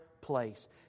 place